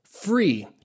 free